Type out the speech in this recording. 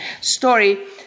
story